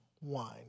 wine